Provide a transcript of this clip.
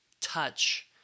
touch